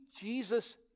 Jesus